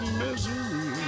misery